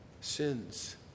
sins